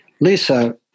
Lisa